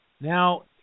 Now